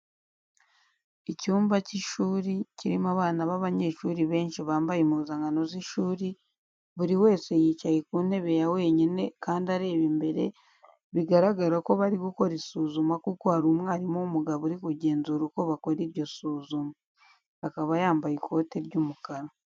Icyumba cy'ishuri kirimo abana b'abanyeshuri benshi, bambaye impuzankano z'ishuri, buri wese yicaye ku ntebe ya wenyine kandi areba imbere, bigaragara ko bari gukora isuzuma kuko hari umwarimu w'umugabo uri kugenzura uko bakora iryo suzuma. Akaba yambaye ikote ry'umukara.